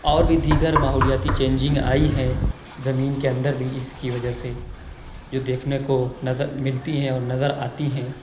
اور بھی دیگر ماحولیاتی چینجنگ آئی ہے زمین کے اندر بھی اِس کی وجہ سے جو دیکھنے کو نظر ملتی ہیں اور نظر آتی ہیں